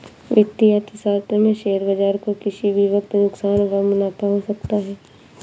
वित्तीय अर्थशास्त्र में शेयर बाजार को किसी भी वक्त नुकसान व मुनाफ़ा हो सकता है